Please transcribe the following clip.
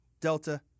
Delta